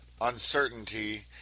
uncertainty